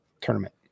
tournament